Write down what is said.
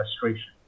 frustration